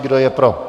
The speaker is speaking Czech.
Kdo je pro?